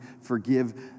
forgive